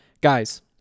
guys